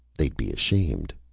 they'd be ashamed!